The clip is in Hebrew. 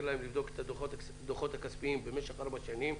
להם לבדוק את הדוחות הכספיים במשך ארבע שנים,